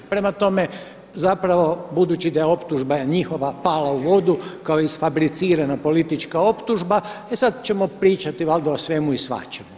Prema tome, zapravo budući da je optužba njihova pala u vodu kao isfabricirana politička optužba sad ćemo pričati valjda o svemu i svačemu.